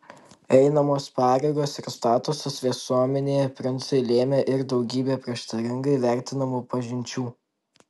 einamos pareigos ir statusas visuomenėje princui lėmė ir daugybę prieštaringai vertinamų pažinčių